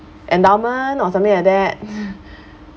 endowment or something like that